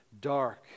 dark